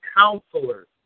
counselors